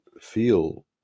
feel